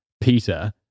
Peter